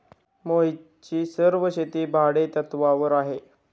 मोहितची सर्व शेती भाडेतत्वावर आहे